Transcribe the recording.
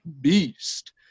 beast